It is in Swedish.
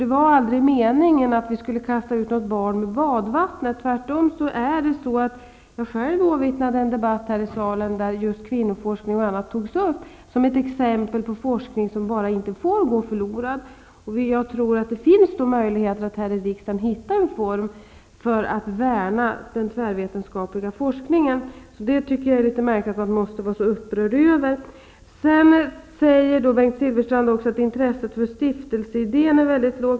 Det var aldrig meningen att kasta ut något barn med badvattnet. Tvärtom, jag har själv lyssnat på en debatt här i kammaren där just kvinnoforskning osv. har tagits som exempel på forskning som inte får gå förlorad. Jag tror att det finns möjlighet här i riksdagen att hitta någon form för att värna den tvärvetenskapliga forskningen. Jag tycker att det är litet märkligt att man måste vara så upprörd över detta. Bengt Silfverstrand säger att intresset för stiftelseidén är svagt.